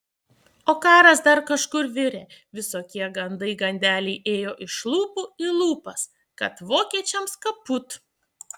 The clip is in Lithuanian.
o karas dar kažkur virė visokie gandai gandeliai ėjo iš lūpų į lūpas kad vokiečiams kaput